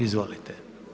Izvolite.